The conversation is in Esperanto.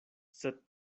sed